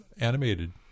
animated